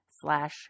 slash